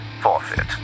forfeit